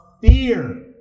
fear